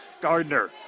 Gardner